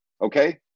Okay